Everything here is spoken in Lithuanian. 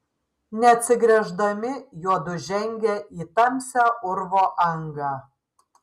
neatsigręždami juodu žengė į tamsią urvo angą